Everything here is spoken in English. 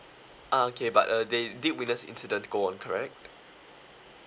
ah okay but uh they did witness the incident go on correct